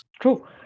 true